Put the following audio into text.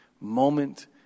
moment